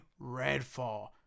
Redfall